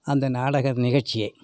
அந்த நாடக நிகழ்ச்சியை